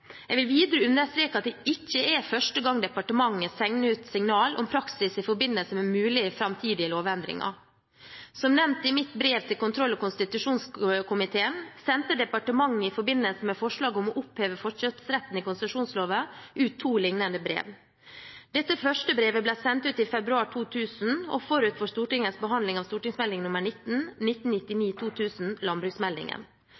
Jeg vil videre understreke at det ikke er første gang departementet sender ut signaler om praksis i forbindelse med mulige framtidige lovendringer. Som nevnt i mitt brev til kontroll- og konstitusjonskomiteen, sendte departementet i forbindelse med forslaget om å oppheve forkjøpsretten i konsesjonsloven ut to lignende brev. Dette første brevet ble sendt ut i februar 2000 og forut for Stortingets behandling av St. meld.nr. 19